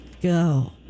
go